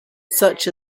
such